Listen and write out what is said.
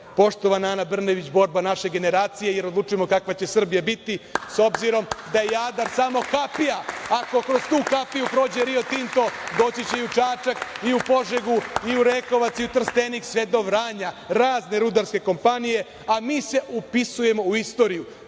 poštovana Ana Brnabić, borba naše generacije, jer odlučujemo kakva će Srbija biti, s obzirom da je Jadar samo kapija. Ako kroz tu kapiju prođe Rio Tinto, doći će i u Čačak, i u Požegu, i u Rekovac, i u Trstenik, sve do Vranja razne rudarske kompanije, a mi se upisujemo u istoriju. Drage